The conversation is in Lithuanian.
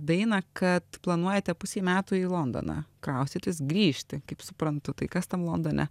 dainą kad planuojate pusei metų į londoną kraustytis grįžti kaip suprantu tai kas tam londone